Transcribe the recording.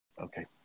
Okay